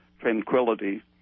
tranquility